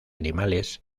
animales